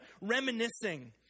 reminiscing